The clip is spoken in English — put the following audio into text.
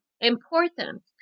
important